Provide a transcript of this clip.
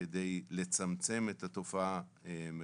זאת על מנת לצמצם את התופעה מראש.